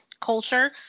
culture